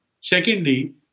Secondly